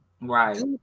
right